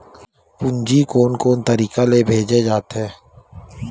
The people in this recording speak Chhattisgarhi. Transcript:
पूंजी कोन कोन तरीका ले भेजे जाथे?